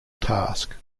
task